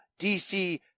DC